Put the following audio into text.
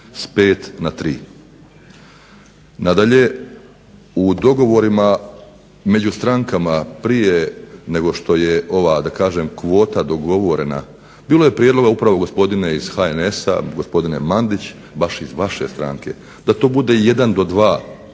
s 5 na 3. Nadalje, u dogovorima među strankama prije nego što je ova, da kažem kvota dogovorena, bilo je prijedloga upravo gospodine iz HNS-a, gospodine Mandić, baš iz vaše stranke, da to bude 1 do 2